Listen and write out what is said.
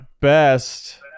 best